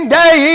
day